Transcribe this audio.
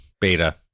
beta